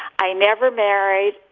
i never married.